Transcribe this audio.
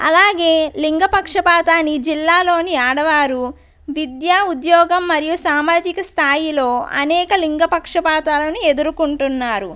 అలాగే లింగపక్షపాతనీ జిల్లాలోని ఆడవారు విద్య ఉద్యోగం మరియు సామాజిక స్థాయిలో అనేక లింగపక్షపాతాలను ఎదుర్కొంటున్నారు